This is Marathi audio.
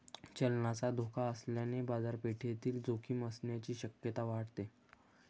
चलनाचा धोका असल्याने बाजारपेठेतील जोखीम असण्याची शक्यता वाढते